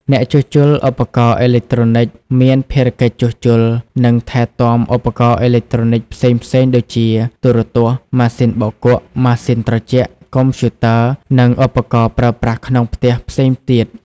អ្នកជួសជុលឧបករណ៍អេឡិចត្រូនិកមានភារកិច្ចជួសជុល និងថែទាំឧបករណ៍អេឡិចត្រូនិចផ្សេងៗដូចជា ទូរទស្សន៍ ម៉ាស៊ីនបោកគក់ ម៉ាស៊ីនត្រជាក់ កុំព្យូទ័រ និងឧបករណ៍ប្រើប្រាស់ក្នុងផ្ទះផ្សេងទៀត។